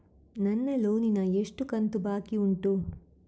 ನನ್ನ ಲೋನಿನ ಎಷ್ಟು ಕಂತು ಬಾಕಿ ಉಂಟು?